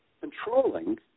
Controlling